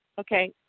Okay